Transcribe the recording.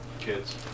Kids